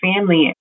family